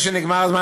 נגמר הזמן,